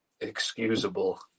excusable